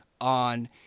on